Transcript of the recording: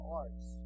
arts